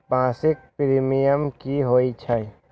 मासिक प्रीमियम की होई छई?